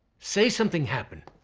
say something happened,